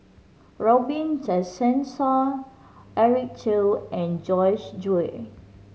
Robin Tessensohn Eric Teo and Joyce Jue